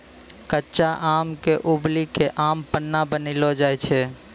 कच्चा आम क उबली कॅ आम पन्ना बनैलो जाय छै